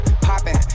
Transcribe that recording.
popping